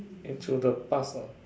into the past ah